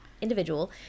individual